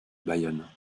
bayonne